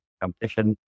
competition